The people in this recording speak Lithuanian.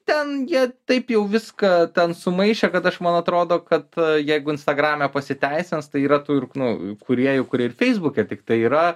ten jie taip jau viską ten sumaišę kad aš man atrodo kad jeigu instagrame pasiteisins tai yra tų ir nu kūrėjų kurie ir feisbuke tiktai yra